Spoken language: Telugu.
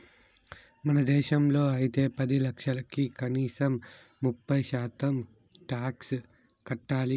మన దేశంలో అయితే పది లక్షలకి కనీసం ముప్పై శాతం టాక్స్ కట్టాలి